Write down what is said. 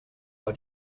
war